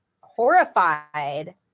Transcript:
horrified